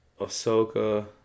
Ahsoka